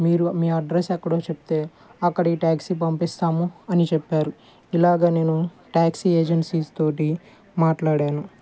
మీరు మీ అడ్రస్ ఎక్కడో చెప్తే అక్కడ ఈ ట్యాక్సీ పంపిస్తాము అని చెప్పారు ఇలాగ నేను ట్యాక్సీ ఏజెన్సీస్ తోటి మాట్లాడాను